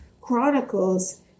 Chronicles